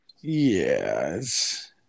Yes